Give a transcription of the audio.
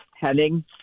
heading